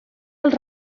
els